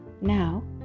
Now